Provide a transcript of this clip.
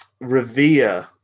revere